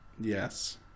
Yes